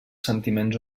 sentiments